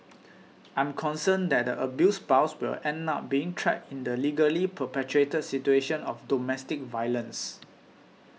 I'm concerned that abused spouse will end up being trapped in the legally perpetuated situation of domestic violence